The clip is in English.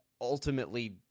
ultimately